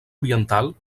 oriental